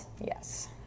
Yes